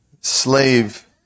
slave